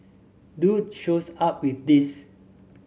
dude shows up with this